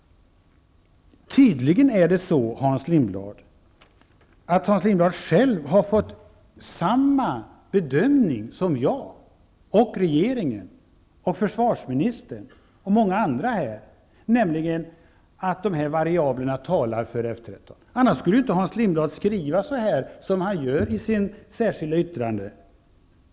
Tydligen är det så att Hans Lindblad själv har gjort samma bedömning som jag, regeringen, försvarsministern och många andra, nämligen att de här variablerna talar för F 13. Annars skulle ju inte Hans Lindblad skriva som han gör i det särskilda yttrandet.